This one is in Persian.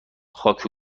خاک